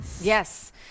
Yes